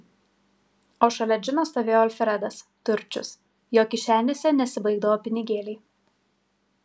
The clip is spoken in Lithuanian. o šalia džino stovėjo alfredas turčius jo kišenėse nesibaigdavo pinigėliai